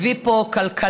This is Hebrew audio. הביא פה כלכלה,